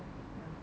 ya